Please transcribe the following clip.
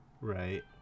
Right